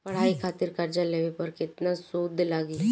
पढ़ाई खातिर कर्जा लेवे पर केतना सूद लागी?